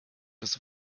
das